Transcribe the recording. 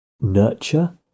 nurture